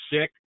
sick